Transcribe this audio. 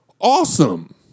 Awesome